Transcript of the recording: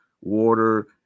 water